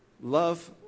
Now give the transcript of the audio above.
Love